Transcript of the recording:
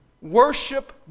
worship